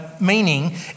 meaning